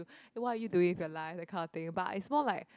eh what are you doing with your life that kind of thing but it's more like